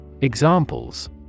Examples